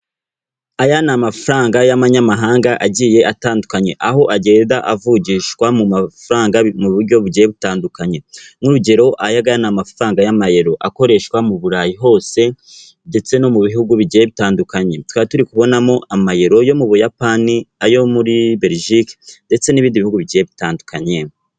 Aya ni amafaranga y'amanyamahanga agiye atandukanye aho agenda avugishwa mu mafaranga mu buryo bugiye butandukanye n'urugero aya ngaya ni amafaranga y'amayero akoreshwa mu burayi hose ndetse no mu bihugu bigiye bitandukanye turaba turi kubonamo amayero yo mu buyapani ayo muri berijike ndetse n'ibindi bihugu bi bye bitandukanye.